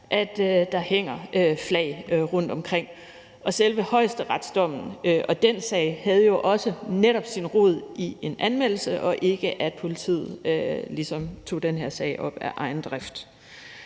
at der hænger flag rundtomkring. Selve højesteretsdommen og den sag havde jo også netop sin rod i en anmeldelse og ikke i, at politiet ligesom tog den her sag op af egen drift.